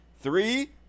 Three